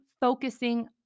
focusing